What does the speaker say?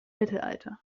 mittelalter